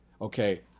Okay